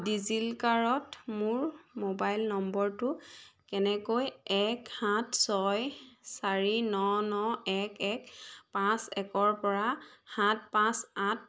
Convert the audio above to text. ডিজি লকাৰত মোৰ মোবাইল নম্বৰটো কেনেকৈ এক সাত ছয় চাৰি ন ন এক এক পাঁচ একৰ পৰা সাত পাঁচ আঠ